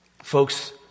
folks